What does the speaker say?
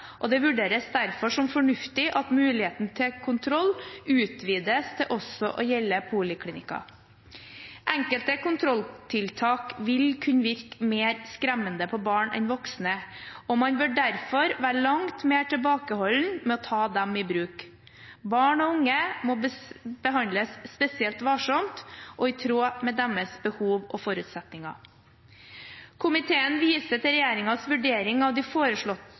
poliklinikker. Det vurderes derfor som fornuftig at muligheten til kontroll utvides til også å gjelde poliklinikker. Enkelte kontrolltiltak vil kunne virke mer skremmende på barn enn på voksne, og man bør derfor være langt mer tilbakeholden med å ta dem i bruk. Barn og unge må behandles spesielt varsomt og i tråd med deres behov og forutsetninger. Komiteen viser til regjeringens vurdering av de foreslåtte